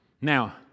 Now